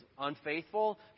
unfaithful